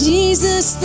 Jesus